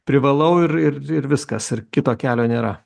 privalau ir ir ir viskas ir kito kelio nėra